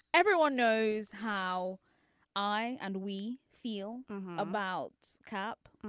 everyone knows how i and we feel about cap